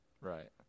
Right